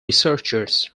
researchers